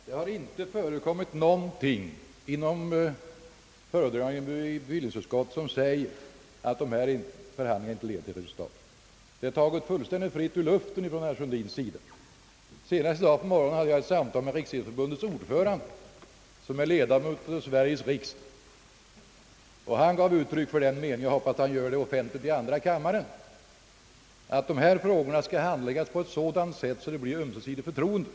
Herr talman! Det har inte förekommit något vid föredragningarna i bevillningsutskottet, som säger att dessa förhandlingar inte kommer att leda till ett resultat. Herr Sundins påstående är taget fullständigt fritt ur luften. Senast i dag på morgonen hade jag ett samtal med Riksidrottsförbundets ordförande, som är ledamot av Sveriges riksdag, och denne gav uttryck för den meningen — som jag hoppas att han offentligt tillkännager i andra kammaren — att dessa frågor skall handläggas på ett sådant sätt att det inger ömsesidigt förtroende.